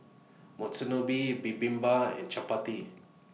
Monsunabe Bibimbap and Chapati